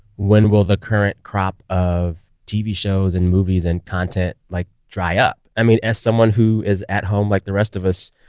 when will the current crop of tv shows and movies and content, like, dry up? i mean, as someone who is at home like the rest of us,